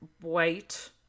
White